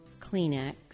Kleenex